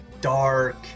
dark